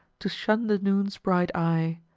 to shun the noon's bright eye,